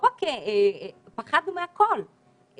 פחדנו מהכול,